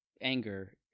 anger